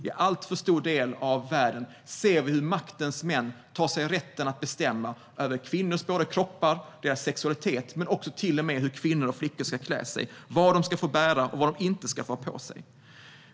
I en alltför stor del av världen ser vi hur maktens män tar sig rätten att bestämma över kvinnors kroppar och sexualitet och till och med över hur kvinnor och flickor ska klä sig: vad de ska få bära och vad de inte ska få ha på sig.